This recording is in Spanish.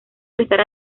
prestar